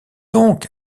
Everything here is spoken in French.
donc